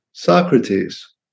Socrates